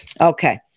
Okay